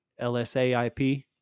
LSAIP